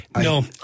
No